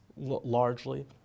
largely